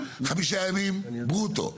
חמישה ימים ברוטו.